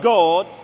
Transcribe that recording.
God